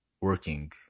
working